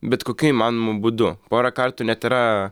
bet kokiu įmanomu būdu porą kartų net yra